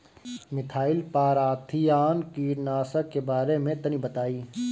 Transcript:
Methyl parathion कीटनाशक के बारे में तनि बताई?